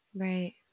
Right